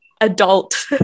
adult